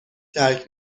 ترک